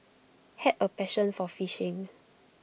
had A passion for fishing